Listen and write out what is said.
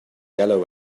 yellow